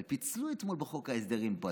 אבל פיצלו אתמול מחוק ההסדרים פה,